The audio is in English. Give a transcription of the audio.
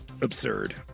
absurd